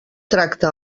tracte